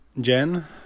jen